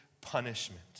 punishment